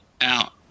out